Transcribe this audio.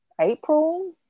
april